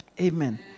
Amen